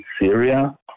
Syria